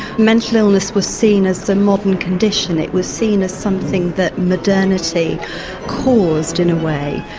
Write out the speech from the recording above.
mental illness was seen as a modern condition, it was seen as something that modernity caused in a way,